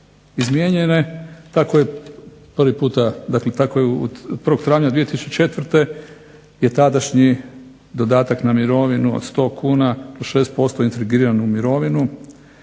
izmijenjena. Tako je 1. travnja 2004. je tadašnji dodatak na mirovinu od 100 kuna po 6% integriranu mirovinu,